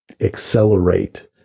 accelerate